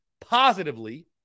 positively